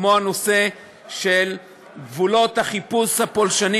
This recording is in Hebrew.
כמו הנושא של גבולות החיפוש הפולשני